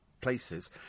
places